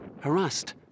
harassed